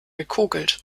gekokelt